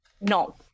no